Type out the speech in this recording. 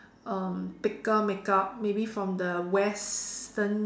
um thicker makeup maybe from the Western